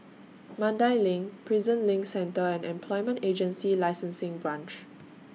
Mandai LINK Prison LINK Centre and Employment Agency Licensing Branch